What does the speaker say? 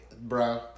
bro